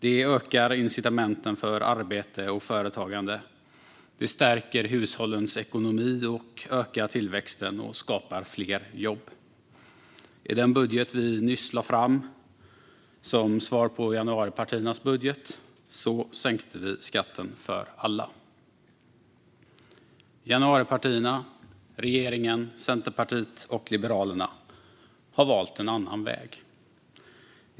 Det ökar incitamenten för arbete och företagande. Det stärker hushållens ekonomi, ökar tillväxten och skapar fler jobb. I den budget vi nyss lade fram som svar på januaripartiernas budget föreslår vi sänkta skatter för alla. Januaripartierna - regeringen, Centerpartiet och Liberalerna - har valt en annan väg.